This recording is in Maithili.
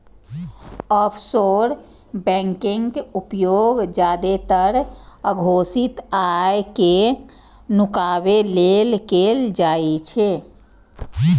ऑफसोर बैंकक उपयोग जादेतर अघोषित आय कें नुकाबै लेल कैल जाइ छै